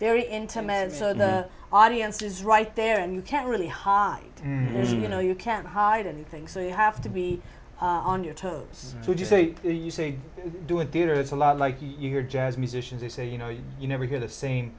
very intimate so the audience is right there and you can't really hide you know you can't hide anything so you have to be on your toes would you say you say doing theater it's a lot like your jazz musicians who say you know you never hear the same